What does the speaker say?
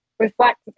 reflect